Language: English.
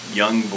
young